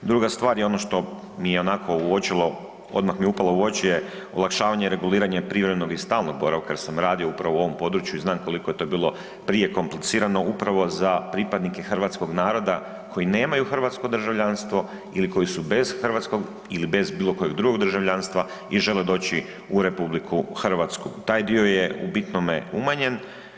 Druga stvar je ono što mi je ionako uočilo odmah mi upalo u oči, je olakšavanje reguliranja privremenog i stalnog boravka jer sam radio upravo u ovom području i znam koliko je to bilo prije komplicirano upravo za pripadnike hrvatskog naroda koji nemaju hrvatsko državljanstvo ili koji su bez hrvatskog ili bez bilo kojeg drugog državljanstva i žele doći u RH, taj dio je u bitnome umanjen.